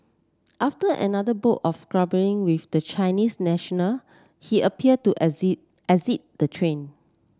after another bout of with the Chinese national he appear to exit the train